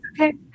okay